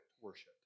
worship